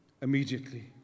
Immediately